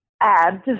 add